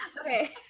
Okay